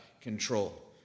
control